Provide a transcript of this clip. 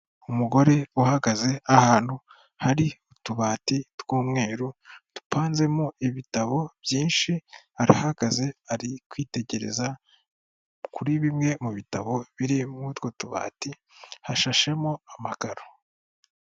Umugore uhagaze ahantu hari utubati tw'umweru, dupanzemo ibitabo byinshi, arahagaze ari kwitegereza kuri bimwe mu bitabo biri muri utwo tubati, hashashemo amakaro.